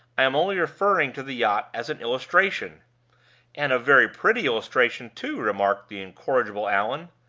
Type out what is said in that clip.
i am only referring to the yacht as an illustration and a very pretty illustration, too, remarked the incorrigible allan.